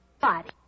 body